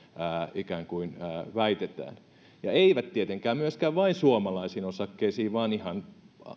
ikään kuin väitetään eikä tietenkään myöskään vain suomalaisiin osakkeisiin vaan ihan